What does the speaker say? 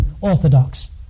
orthodox